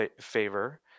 favor